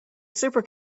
super